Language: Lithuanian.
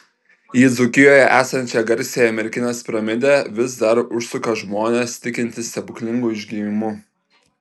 į dzūkijoje esančią garsiąją merkinės piramidę vis dar užsuka žmonės tikintys stebuklingu išgijimu